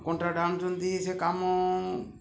contact ଆଣୁଛନ୍ତି ସେ କାମ